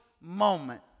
moment